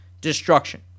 destruction